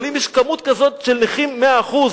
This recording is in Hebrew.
אבל אם יש כמות כזאת של נכים 100%,